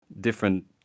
different